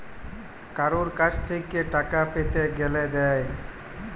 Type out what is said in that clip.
কারুর কাছ থেক্যে টাকা পেতে গ্যালে দেয়